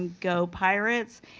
go, pirates.